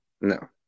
No